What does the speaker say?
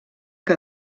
que